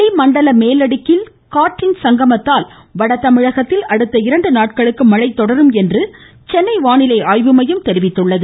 வளிமண்டல மேலடுக்கில் காற்றின் சங்கமத்தால் அடுத்த வடதமிழகத்தில் அடுத்த இரண்டு நாட்களுக்கு மழை தொடரும் என்று சென்னை வானிலை ஆய்வு மையம் தெரிவித்துள்ளது